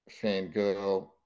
fangirl